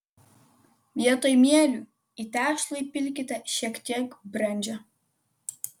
vietoj mielių į tešlą įpilkite šiek tiek brendžio